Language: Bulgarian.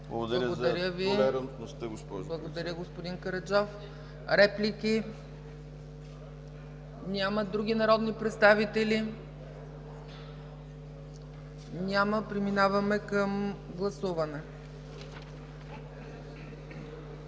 ЦЕЦКА ЦАЧЕВА: Благодаря, господин Караджов. Реплики? Няма. Други народни представители? Няма. Преминаваме към гласуване.